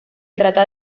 trata